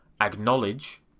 acknowledge